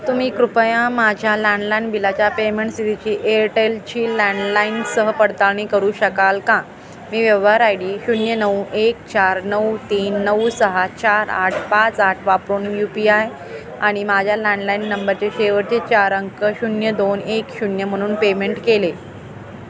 तुम्ही कृपया माझ्या लँडलाइन बिलाच्या पेमेंट स्थितीची एअरटेलची लँडलाईनसह पडताळणी करू शकाल का मी व्यवहार आय डी शून्य नऊ एक चार नऊ तीन नऊ सहा चार आठ पाच आठ वापरून यू पी आय आणि माझ्या लँडलाईन नंबरचे शेवटचे चार अंक शून्य दोन एक शून्य म्हणून पेमेंट केले